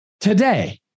Today